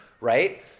right